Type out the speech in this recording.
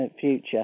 future